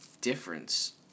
difference